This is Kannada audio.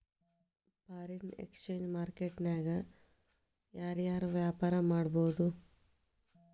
ಫಾರಿನ್ ಎಕ್ಸ್ಚೆಂಜ್ ಮಾರ್ಕೆಟ್ ನ್ಯಾಗ ಯಾರ್ ಯಾರ್ ವ್ಯಾಪಾರಾ ಮಾಡ್ಬೊದು?